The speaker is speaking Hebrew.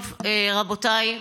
טוב, רבותיי,